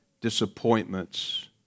disappointments